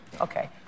Okay